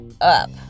up